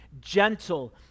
gentle